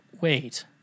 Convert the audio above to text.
Wait